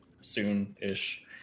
soon-ish